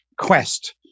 quest